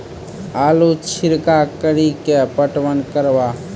आलू छिरका कड़ी के पटवन करवा?